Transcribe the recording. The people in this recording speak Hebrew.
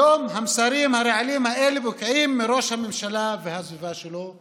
היום המסרים הרעילים האלה בוקעים מראש הממשלה ומהסביבה שלו,